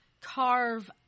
carve